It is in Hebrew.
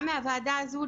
גם מהוועדה הזו,